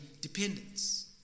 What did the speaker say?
dependence